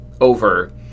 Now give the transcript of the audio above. over